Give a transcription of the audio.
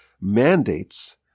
mandates